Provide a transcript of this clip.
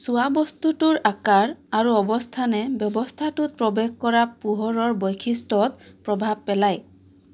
চোৱা বস্তুটোৰ আকাৰ আৰু অৱস্থানে ব্যৱস্থাটোত প্ৰৱেশ কৰা পোহৰৰ বৈশিষ্ট্যত প্ৰভাৱ পেলায়